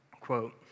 quote